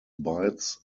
bites